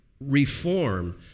reform